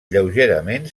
lleugerament